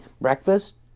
breakfast